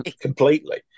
completely